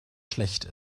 schlecht